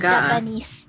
Japanese